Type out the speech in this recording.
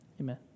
amen